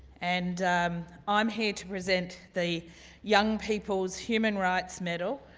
and i'm here to present the young people's human rights medal.